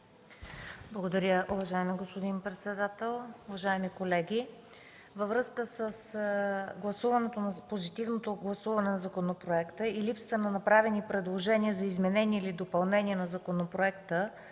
Благодаря, уважаеми господин председател. Уважаеми колеги, във връзка с позитивното гласуване на законопроекта и липсата на направени предложения за изменения или допълнения по време